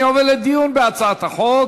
אני עובר לדיון בהצעת החוק.